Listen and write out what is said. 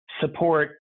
support